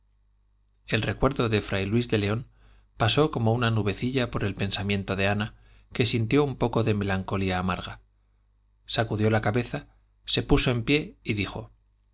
el recuerdo de fray luis de león pasó como una nubecilla por el pensamiento de ana que sintió un poco de melancolía amarga sacudió la cabeza se puso en pie y dijo